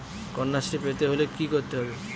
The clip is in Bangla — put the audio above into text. কন্যাশ্রী পেতে হলে কি করতে হবে?